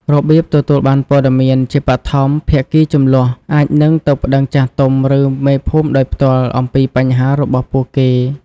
របៀបទទួលបានព័ត៌មាន ជាបឋម ភាគីជម្លោះ អាចនឹងទៅប្ដឹងចាស់ទុំ ឬមេភូមិដោយផ្ទាល់អំពីបញ្ហារបស់ពួកគេ។